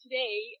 Today